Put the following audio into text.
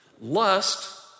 Lust